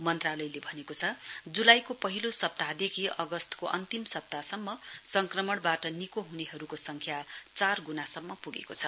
मन्त्रालयले भनेको छ जुलाईको पहिलो सप्ताहदेखि अगस्तको अन्तिम सप्ताहसम्म संक्रमणबाट निको हुनेहरूको सङ्ख्या चार गुणासम्म पुगेको छ